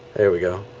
there we go